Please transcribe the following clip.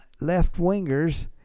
left-wingers